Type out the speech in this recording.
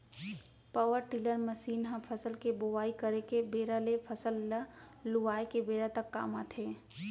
power tiller machine ह फसल के बोवई करे के बेरा ले फसल ल लुवाय के बेरा तक काम आथे